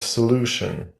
solution